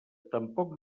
tampoc